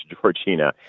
Georgina